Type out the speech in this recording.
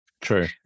True